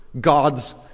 God's